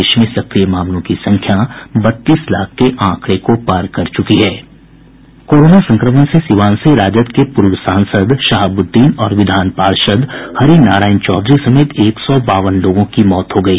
देश में सक्रिय मामलों की संख्या बत्तीस लाख के पार हो चुकी है कोरोना संक्रमण से सीवान से राजद के पूर्व सांसद शहाबुद्दीन और विधान पार्षद हरिनारायण चौधरी समेत एक सौ बावन लोगों की मौत हो गयी